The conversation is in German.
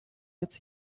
jetzt